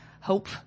hope